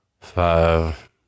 five